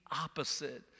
opposite